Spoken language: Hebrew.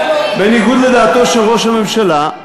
בניגוד לדעתו של ראש הממשלה,